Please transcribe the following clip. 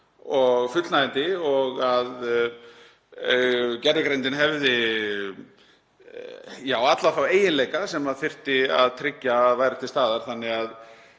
og fullnægjandi og að gervigreindin hefði alla þá eiginleika sem þyrfti að tryggja að væru til staðar þannig að